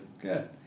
good